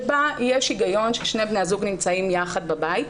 שבה יש היגיון ששני בני הזוג נמצאים יחד בבית,